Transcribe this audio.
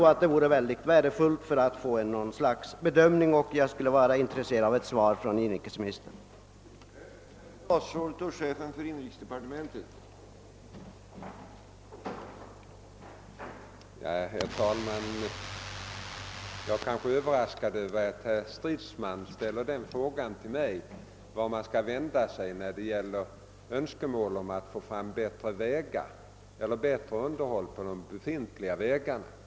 Jag tror det skulle vara mycket värdefullt att få till stånd något slags bedömning och jag är intresserad av inrikesministerns svar.